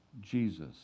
Jesus